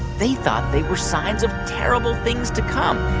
they thought they were signs of terrible things to come.